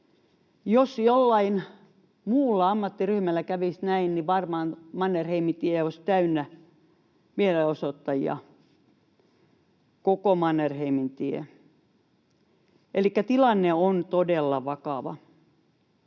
Jos jollain muulla ammattiryhmällä kävisi näin, niin varmaan Mannerheimintie olisi täynnä mielenosoittajia, koko Mannerheimintie. Elikkä tilanne on todella vakava.